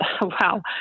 wow